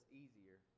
easier